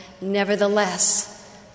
Nevertheless